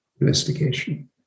investigation